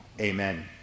Amen